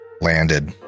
landed